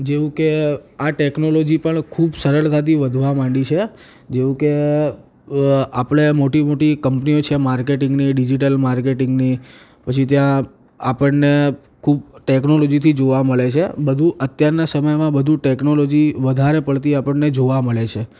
જેવું કે આ ટેક્નોલૉજી પણ ખૂબ સરળતાથી વધવા માંડી છે જેવુ કે આપણે મોટી મોટી કંપનીઓ છે માર્કેટીંગની ડિજીટલ માર્કેટીંગની પછી ત્યાં આપણને ખૂબ ટેક્નોલોજીથી જોવા મળે છે બધું અત્યારના સમયમાં બધુ ટેક્નોલૉજી વધારે પડતી આપણને જોવા મળે છે